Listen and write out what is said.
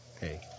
Hey